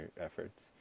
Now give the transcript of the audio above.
efforts